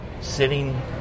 sitting